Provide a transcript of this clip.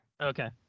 Okay